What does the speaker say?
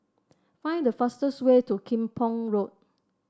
find the fastest way to Kim Pong Road